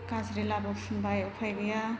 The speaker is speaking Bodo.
गाज्रिलाबो फुनबाय उफाय गैया